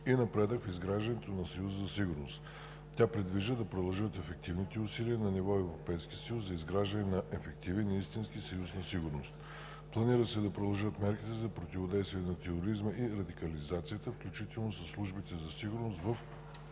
и напредък в изграждането на Съюза на сигурност“. Тя предвижда да продължат ефективните усилия на ниво Европейски съюз за изграждане на „ефективен и истински Съюз на сигурност“. Планира се да продължат мерките за противодействие на тероризма и радикализацията, включително със службите за сигурност в